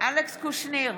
אלכס קושניר,